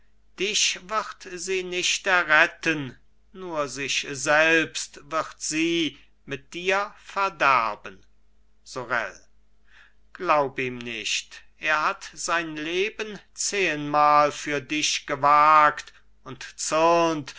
dich wird sie nicht erretten nur sich selbst wird sie mit dir verderben sorel glaub ihm nicht er hat sein leben zehenmal für dich gewagt und zürnt